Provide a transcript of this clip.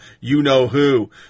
You-Know-Who